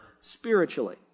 spiritually